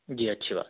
جی اچھی بات